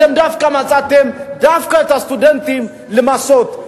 אתם מצאתם לנכון דווקא את הסטודנטים למסות?